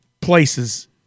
places